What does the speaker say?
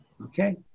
okay